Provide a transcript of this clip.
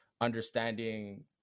understanding